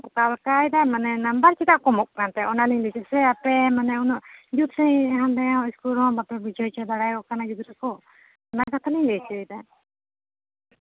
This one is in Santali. ᱚᱠᱟ ᱞᱮᱠᱟᱭᱮᱫᱟᱭ ᱢᱟᱱᱮ ᱱᱟᱢᱵᱟᱨ ᱪᱮᱫᱟᱜ ᱠᱚᱢᱚᱜ ᱠᱟᱱ ᱛᱟᱭᱟ ᱚᱱᱟᱞᱤᱧ ᱞᱟᱹᱭᱫᱟ ᱥᱮ ᱟᱯᱮ ᱢᱟᱱᱮ ᱩᱱᱟᱹᱜ ᱡᱩᱛ ᱥᱟᱺᱦᱤᱡ ᱟᱯᱮᱭᱟᱜ ᱤᱥᱠᱩᱞ ᱨᱮᱦᱚᱸ ᱵᱟᱯᱮ ᱵᱩᱡᱷᱟᱹᱣ ᱦᱚᱪᱚ ᱫᱟᱲᱮ ᱟᱠᱚ ᱠᱟᱱᱟ ᱜᱤᱫᱽᱨᱟᱹ ᱠᱚ ᱚᱱᱟ ᱠᱟᱛᱷᱟ ᱞᱤᱧ ᱞᱟᱹᱭ ᱦᱚᱪᱚᱭᱮᱫᱟ